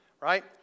right